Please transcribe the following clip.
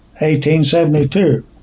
1872